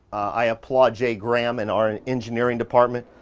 i applaud jay graham and our engineering department.